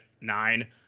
nine